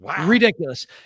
ridiculous